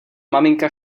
maminka